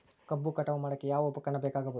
ಕಬ್ಬು ಕಟಾವು ಮಾಡೋಕೆ ಯಾವ ಉಪಕರಣ ಬೇಕಾಗಬಹುದು?